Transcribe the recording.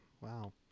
Wow